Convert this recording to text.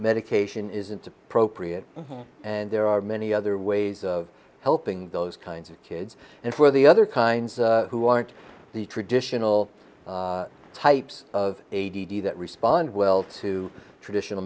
medication isn't appropriate and there are many other ways of helping those kinds of kids and for the other kinds who aren't the traditional types of a d d that respond well to traditional